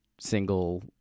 single